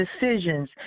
decisions